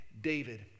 David